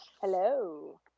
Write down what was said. Hello